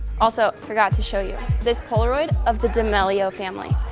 also, forgot to show you, this polaroid of the d'amelio family.